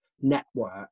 network